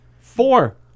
Four